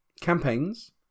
Campaigns